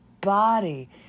body